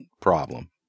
problem